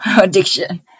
addiction